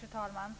Fru talman!